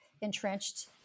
entrenched